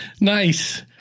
nice